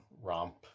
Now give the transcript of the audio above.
romp